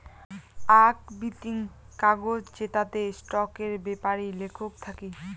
আক বিতিং কাগজ জেতাতে স্টকের বেপারি লেখক থাকি